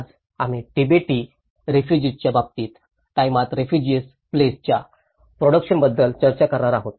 आज आम्ही तिबेटी रेफुजिर्स च्या बाबतीत टाईमात रेफुजिर्स प्लेस च्या प्रोडक्शन बद्दल चर्चा करणार आहोत